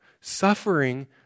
Suffering